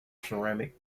ceramic